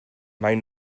mai